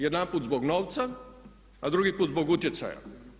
Jedanput zbog novca a drugi put zbog utjecaja.